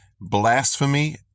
blasphemy